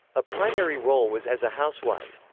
a primary role was as a housewife.